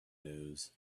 news